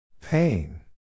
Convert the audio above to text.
Pain